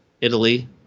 Italy